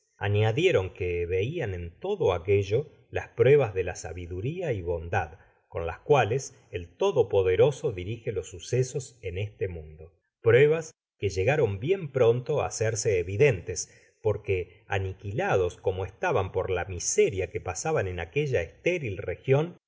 añadieron que veian en todo aquello las pruebas de la sabiduria y bondad can las cuales el todopoderoso dirige los sucesos en este mundo pruebas que llegaron bien pronto á hacerse evidentes porque aniquilados como estaban por la miseria que pasaban en aquella estéril region